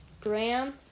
Graham